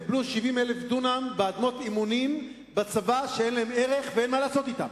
קבלו 70,000 דונם באדמות אימונים בצבא שאין להן ערך ואין מה לעשות אתן,